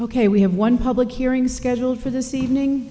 ok we have one public hearing scheduled for this evening